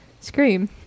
Scream